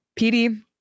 pd